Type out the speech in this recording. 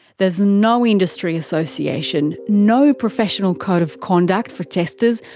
there's no industry association, no professional code of conduct for testers,